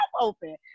open